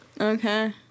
Okay